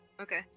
Okay